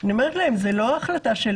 אני אומרת להם שזו לא החלטה שלי,